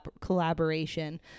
collaboration